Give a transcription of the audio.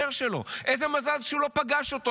איזה מזל שהוא לא הדובר שלו.